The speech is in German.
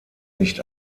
nicht